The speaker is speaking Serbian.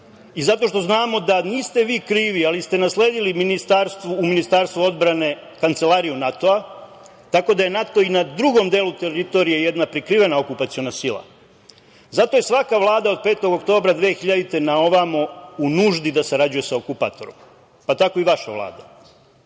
i zato što znamo da niste vi krivi, ali ste nasledili u Ministarstvu odbrane Kancelariju NATO, tako da je NATO i na drugom delu teritorije jedna prikrivena okupaciona sila. Zato je svaka vlada od 5. oktobra 2000. godine na ovamo u nuždi da sarađuje sa okupatorom, pa tako i vaša Vlada.